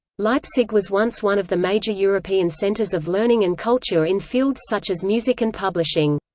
leipzig was once one of the major european centers of learning and culture in fields such as music and publishing.